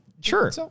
Sure